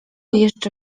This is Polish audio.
jeszcze